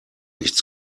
nichts